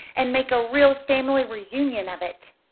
and make a real family reunion of it?